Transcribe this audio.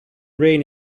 rain